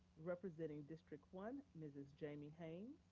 representing district one, mrs. jamie haynes.